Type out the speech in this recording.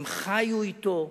הם חיו אתו,